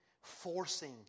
forcing